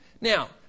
Now